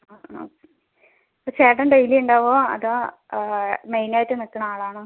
ആ ഓക്കെ ഇപ്പോൾ ചേട്ടൻ ഡെയിലി ഉണ്ടാകുമോ അതോ മെയിൻ ആയിട്ട് നിൽക്കുന്ന ആൾ ആണോ